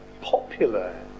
popular